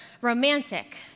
romantic